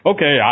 Okay